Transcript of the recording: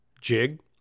jig